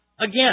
Again